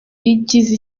bigize